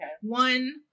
One